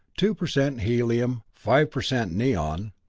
two per cent helium, five per cent neon,